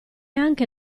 anche